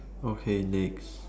okay next